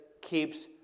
keeps